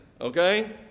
okay